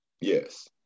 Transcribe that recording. yes